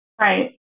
Right